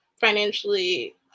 financially